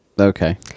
Okay